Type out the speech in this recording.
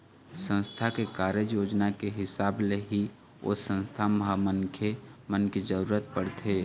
संस्था के कारज योजना के हिसाब ले ही ओ संस्था म मनखे मन के जरुरत पड़थे